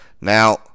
Now